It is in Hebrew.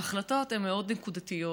ההחלטות מאוד נקודתיות,